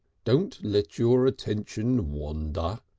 don't let your attention wander,